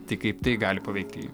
tai kaip tai gali paveikti jį